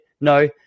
No